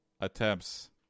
attempts